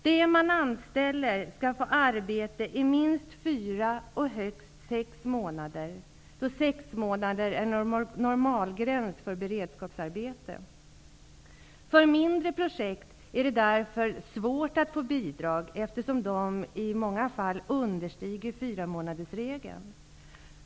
De som anställs skall få arbete i minst fyra och högst sex månader, då sex månader är normalgräns för beredskapsarbete. För mindre projekt är det därför svårt att få bidrag, eftersom de i många fall understiger fyramånadersregeln.